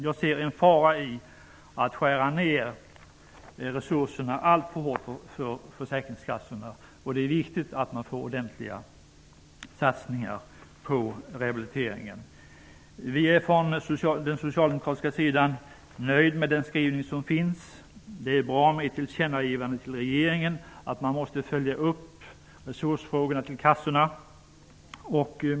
Jag ser nämligen en fara i att skära ned försäkringskassornas resurserna alltför hårt. Det är viktigt med ordentliga satsningar på rehabiliteringen. Vi socialdemokrater är nöjda med den skrivning som är gjord. Det är bra med ett tillkännagivande till regeringen om att resursfrågan till försäkringskassorna måste följas upp. Herr talman!